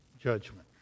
judgment